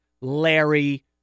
Larry